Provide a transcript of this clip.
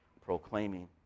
proclaiming